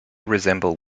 resemble